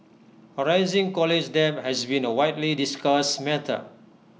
A rising college debt has been A widely discussed matter